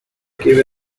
give